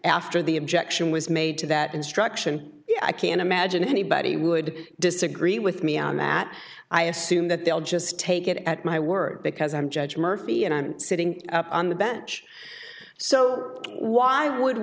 after the objection was made to that instruction i can't imagine anybody would disagree with me on that i assume that they'll just take it at my word because i'm judge murphy and i'm sitting on the bench so why would